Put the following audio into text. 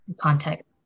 context